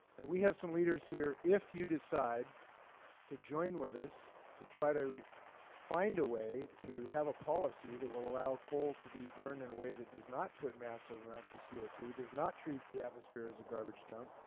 and we have some leaders here if you decide to join with us to try to find a way to have a policy that will allow coal to be burned in a way that does not put massive amounts of c o two, does not treat the atmosphere as a garbage dump,